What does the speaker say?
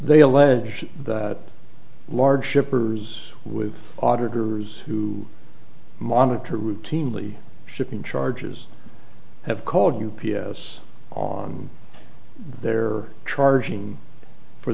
they allege that large shippers with auditors who monitor routinely shipping charges have called u p s on their charging for